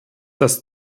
das